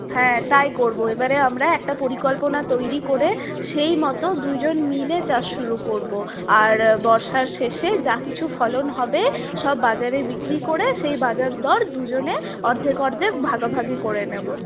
হ্যাঁ তাই করবো এবারে আমরা একটা পরিকল্পনা তৈরি করে সেই মতো দুজন মিলে চাষ শুরু করবো আর বর্ষার শেষে যা কিছু ফলন হবে সব বাজারে বিক্রি করে সেই বাজারদর দুজনে অর্ধেক অর্ধেক ভাগাভাগি করে নেব